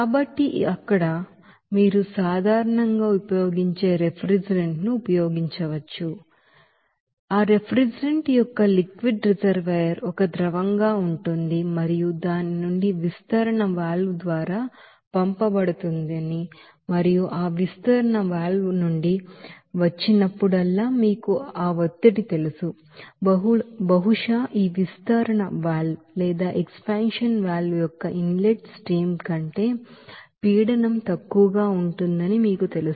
కాబట్టి అక్కడ మీరు సాధారణంగా ఉపయోగించే రిఫ్రిజిరెంట్ ను ఉపయోగించవచ్చు కాబట్టి ఆ రిఫ్రిజిరెంట్ యొక్క లిక్విడ్ రిజర్వాయర్ ఒక ద్రవంగా ఉంటుంది మరియు దాని నుండి విస్తరణ వాల్వ్ ద్వారా పంపబడుతుంది మరియు ఆ విస్తరణ వాల్వ్ నుండి వచ్చినప్పుడల్లా మీకు ఆ ఒత్తిడి తెలుసు బహుశా ఈ విస్తరణ వాల్వ్ యొక్క ఇన్లెట్ స్ట్రీమ్ కంటే పీడనం తక్కువగా ఉంటుందని మీకు తెలుసు